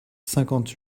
cinquante